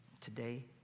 Today